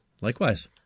likewise